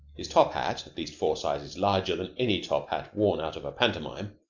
his top-hat, at least four sizes larger than any top-hat worn out of a pantomime,